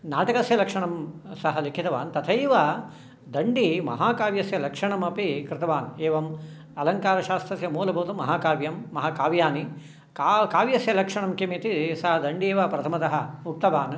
नाटकस्य लक्षणं सः लिखितवान् तथैव दण्डी महाकाव्यस्य लक्षणमपि कृतवान् एवम् अलङ्कारशास्त्रस्य मूलभूतं महाकाव्यं महाकाव्यानि काव्यस्य लक्षणं किम् इति सः दण्डी एव प्रथमतः उक्तवान्